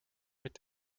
mit